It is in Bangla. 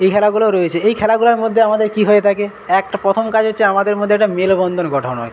এই খেলাগুলো রয়েছে এই খেলাগুলোর মধ্যে আমাদের কী হয়ে থাকে একটা প্রথম কাজ হচ্ছে আমাদের মধ্যে একটা মেলবন্ধন গঠন হয়